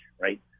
right